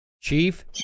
Chief